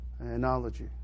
analogy